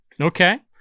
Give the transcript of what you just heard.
Okay